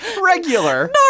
Regular